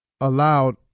allowed